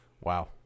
wow